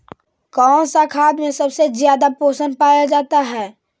कौन सा खाद मे सबसे ज्यादा पोषण पाया जाता है?